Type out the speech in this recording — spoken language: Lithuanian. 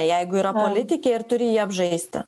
jeigu yra politikė ir turi jį apžaisti